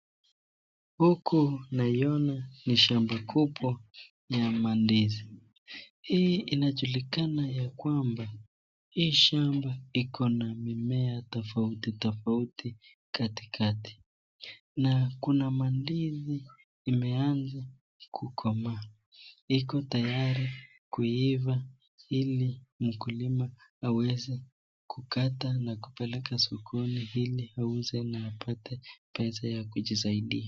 Huku naiona ni shamba kubwa ya mandizi. Hii inajulikana ya kwamba hii shamba iko na mimmea tofauti tofauti kaatikati na kuna mandizi imeanza kukomaa iko tayari kuiva ili mkulima aweze kukata na kupeleka sokoni ili auze na kupata ppesa ya kujisaidia.